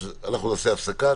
אז אנחנו נעשה הפסקה,